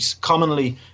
commonly